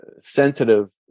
sensitive